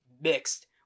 Mixed